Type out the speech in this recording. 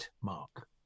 Mark